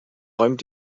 räumt